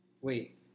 Wait